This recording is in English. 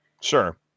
Sure